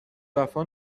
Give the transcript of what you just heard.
وفا